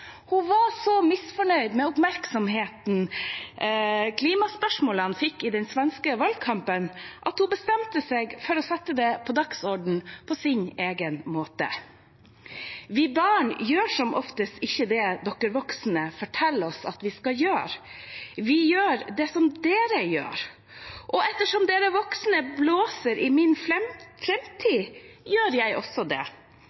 Hun var så misfornøyd med oppmerksomheten klimaspørsmålene fikk i den svenske valgkampen, at hun bestemte seg for å sette det på dagsordenen på sin måte. –Vi barn gjør som oftest ikke det dere voksne forteller oss at vi skal gjøre. Vi gjør som dere gjør. Og ettersom dere voksne blåser i min framtid, gjør jeg også det,